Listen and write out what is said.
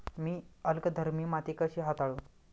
मी अल्कधर्मी माती कशी हाताळू?